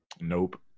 Nope